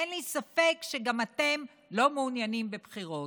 אין לי ספק שגם אתם לא מעוניינים בבחירות.